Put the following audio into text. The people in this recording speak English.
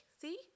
see